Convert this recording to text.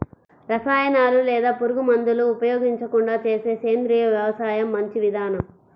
రసాయనాలు లేదా పురుగుమందులు ఉపయోగించకుండా చేసే సేంద్రియ వ్యవసాయం మంచి విధానం